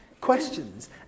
questions